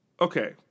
Okay